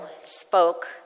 spoke